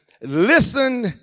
listen